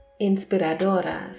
inspiradoras